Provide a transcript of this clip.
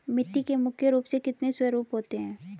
मिट्टी के मुख्य रूप से कितने स्वरूप होते हैं?